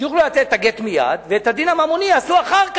יוכלו לתת את הגט מייד ואת הדין הממוני יעשו אחר כך,